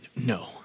No